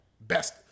Best